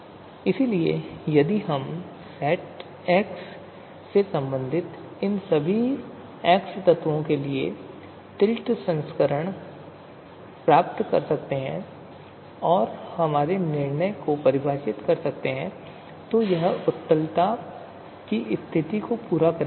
Now इसलिए यदि हम सेट एक्स से संबंधित इन सभी एक्स तत्वों के लिए टिल्ड संस्करण प्राप्त कर सकते हैं और हमारे निर्णय मैट्रिक्स को परिभाषित कर सकते हैं तो यह उत्तलता की स्थिति को पूरा करेगा